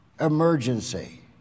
Emergency